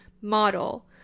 model